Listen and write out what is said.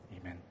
Amen